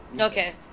Okay